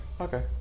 okay